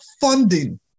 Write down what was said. funding